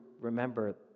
remember